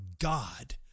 God